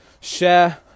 share